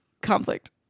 conflict